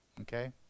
Okay